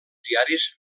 diaris